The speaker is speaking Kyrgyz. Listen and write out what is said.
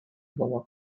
бала